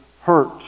hurt